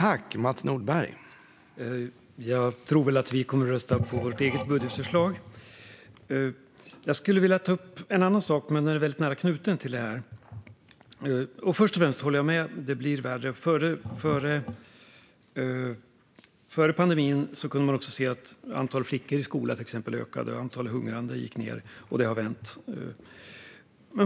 Herr talman! Jag tror väl att vi kommer att rösta på vårt eget budgetförslag. Jag skulle vilja ta upp en annan sak, som är väldigt nära knuten till det här. Först och främst håller jag med: Det blir värre. Före pandemin kunde man också se att till exempel antalet flickor i skola ökade och att antalet hungrande gick ned. Det har vänt.